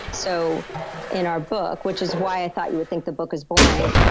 so in our book, which is why i thought you would think the book is boring,